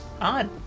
Odd